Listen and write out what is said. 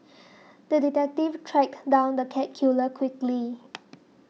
the detective tracked down the cat killer quickly